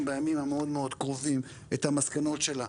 בימים המאוד מאוד קרובים את המסקנות שלה,